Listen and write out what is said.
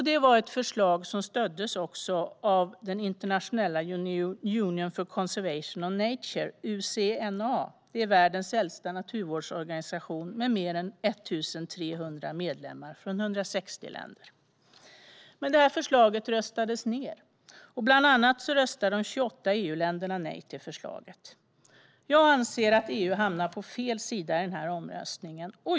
Det var ett förslag som också stöddes av The International Union for Conservation of Nature, UCNA. Det är världens äldsta naturvårdsorganisation med mer än 1 300 medlemmar från 160 länder. Förslaget röstades dock ned. Bland andra röstade de 28 EU-länderna nej till förslaget. Jag anser att EU hamnade på fel sida i omröstningen.